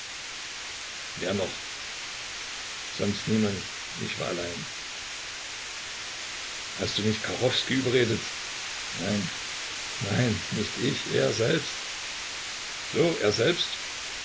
wer noch sonst niemand ich war allein hast du nicht kachowskij überredet nein nein nicht ich er selbst so er selbst